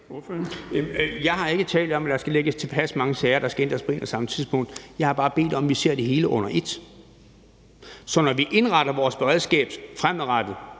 Jeg har ikke talt om, at der skal ligge tilpas mange sager, der skal ændres på et og samme tidspunkt; jeg har bare bedt om, at vi ser det hele under ét. Når vi indretter vores beredskab fremadrettet,